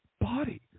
body